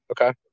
okay